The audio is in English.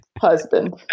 husband